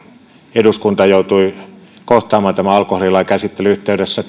eduskunta joutui kohtaamaan tämän alkoholilain käsittelyn yhteydessä